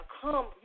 come